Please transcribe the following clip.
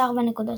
4- נקודות.